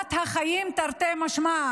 גזלת החיים תרתי משמע.